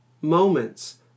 moments